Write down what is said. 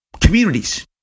communities